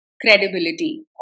credibility